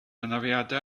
anafiadau